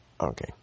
Okay